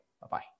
Bye-bye